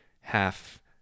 half